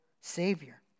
savior